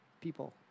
People